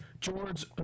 George